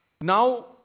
now